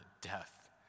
death